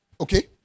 Okay